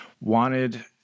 wanted